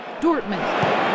Dortmund